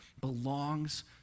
belongs